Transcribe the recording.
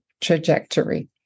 trajectory